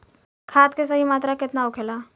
खाद्य के सही मात्रा केतना होखेला?